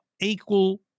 equal